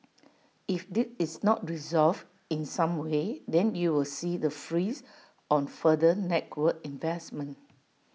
if this is not resolved in some way then you will see the freeze on further network investment